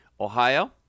Ohio